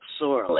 sorely